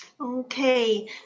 okay